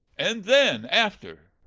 and then, after?